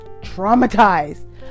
traumatized